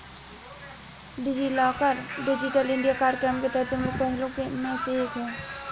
DigiLocker digital India कार्यक्रम के तहत प्रमुख पहलों में से एक है